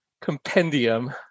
compendium